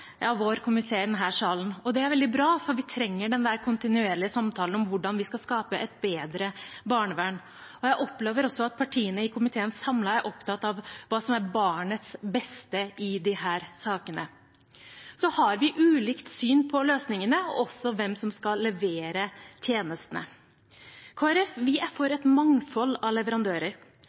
av vår komité i denne salen. Det er veldig bra, for vi trenger den kontinuerlige samtalen om hvordan vi skal skape et bedre barnevern. Jeg opplever også at partiene i komiteen samlet er opptatt av hva som er barnets beste i disse sakene. Så har vi ulikt syn på løsningene og på hvem som skal levere tjenestene. Kristelig Folkeparti er for et mangfold av leverandører.